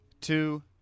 two